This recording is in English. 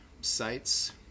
sites